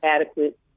adequate